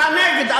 אתה נגד?